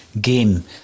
game